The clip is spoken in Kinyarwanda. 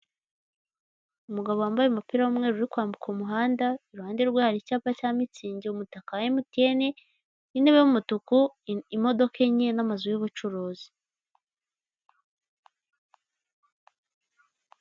Umugabo wambaye umupira w'umweru uri kwambuka umuhanda, iruhande rwe hari icyapa cya Mützig, umutaka wa MTN, intebe y'umutuku, imodoka enye n'amazu y'ubucuruzi.